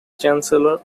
chancellor